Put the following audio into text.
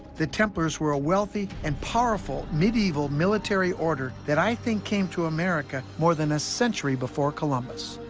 the templars were a wealthy and powerful medieval military order that i think came to america more than a century before columbus.